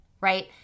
right